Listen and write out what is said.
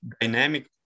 dynamic